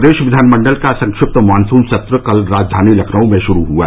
प्रदेश विधान मण्डल का संक्षिप्त मानसून सत्र कल राजधानी लखनऊ में शुरू हुआ